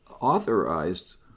authorized